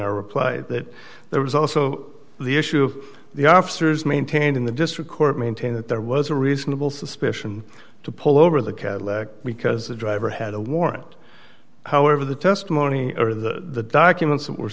our reply that there was also the issue of the officers maintained in the district court maintain that there was a reasonable suspicion to pull over the cadillac because the driver had a warrant however the testimony or the documents that were